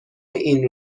این